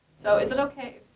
so, is it okay